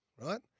right